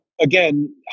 again